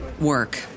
work